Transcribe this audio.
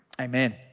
Amen